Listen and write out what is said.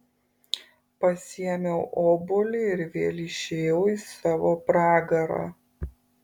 pasiėmiau obuolį ir vėl išėjau į savo pragarą